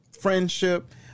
friendship